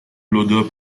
l’odeur